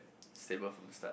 stable from start